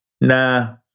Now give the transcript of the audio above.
nah